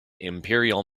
imperial